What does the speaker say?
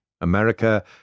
America